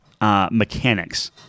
mechanics